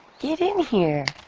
give him here